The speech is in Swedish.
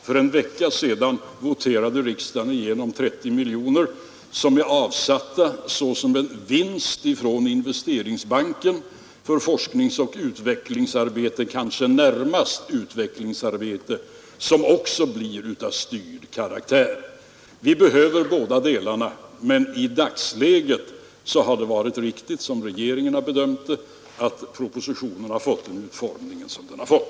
För en vecka sedan voterade riksdagen igenom 30 miljoner, som är avsatta såsom en vinst från Investeringsbanken, för forskningsoch utvecklingsarbete — kanske närmast utvecklingsarbete — som också blir av styrd karaktär. Vi behöver båda delarna, men i dagsläget har det varit riktigt, som regeringen har bedömt det, att propositionen har fått den utformning som den har fått.